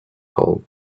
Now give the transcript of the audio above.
hole